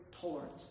tolerant